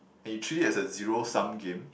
and you treat it as a zero sum game